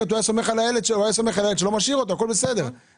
אחרת היה סומך על הילד שלו או מביא בייביסיטר.